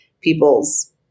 people's